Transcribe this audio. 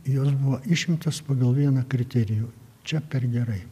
jos buvo išimtos pagal vieną kriterijų čia per gerai